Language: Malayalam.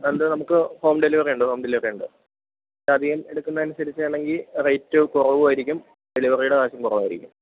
ആ ഉണ്ട് നമുക്ക് ഹോം ഡെലിവറിയുണ്ട് ഹോം ഡെലിവറിയുണ്ട് അധികം എടുക്കുന്നതിന് അനുസരിച്ചാണെങ്കില് റേറ്റ് കുറവുമായിരിക്കും ഡെലിവറിയുടെ കാശും കുറവായിരിക്കും